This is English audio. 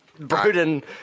Broden